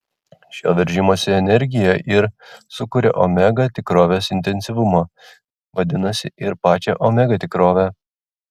šio veržimosi energija ir sukuria omega tikrovės intensyvumą vadinasi ir pačią omega tikrovę